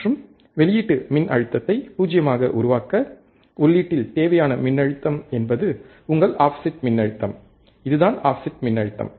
மற்றும் வெளியீட்டு மின்னழுத்தத்தை 0 ஆக உருவாக்க உள்ளீட்டில் தேவையான மின்னழுத்தம் என்பது உங்கள் ஆஃப்செட் மின்னழுத்தம் இதுதான் ஆஃப்செட் மின்னழுத்தம்